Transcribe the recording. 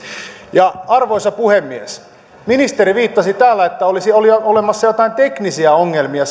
arvoisa puhemies ministeri viittasi täällä että olisi olemassa joitain teknisiä ongelmia